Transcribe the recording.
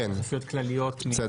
אלא